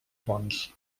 fonts